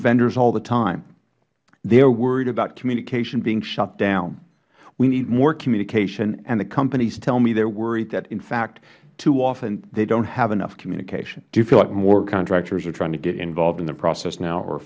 vendors all the time they are worried about communication being shut down we need more communication and the companies tell me they are worried that in fact too often they dont have enough communication mister lankford do you feel like more contractors are trying to get involved in the process now or